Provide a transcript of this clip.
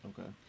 Okay